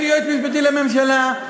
אין יועץ משפטי לממשלה?